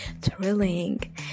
thrilling